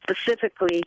specifically